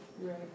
Right